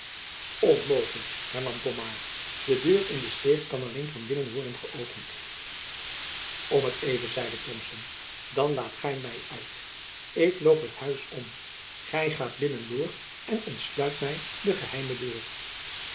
hernam pomard de deur in de steeg kan alleen van binnen worden geöpend om t even zeide thomson dan laat gy my uit ik loop het huis om gy gaat binnen door en ontsluit my de geheime deur